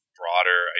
broader